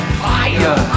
fire